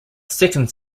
second